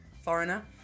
foreigner